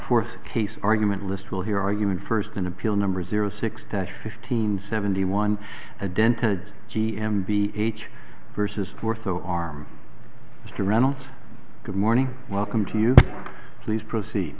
fourth case argument list will hear argument first in appeal number zero six dash fifteen seventy one a dented g m b h versus work so arm mr reynolds good morning welcome to you please proceed